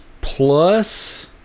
plus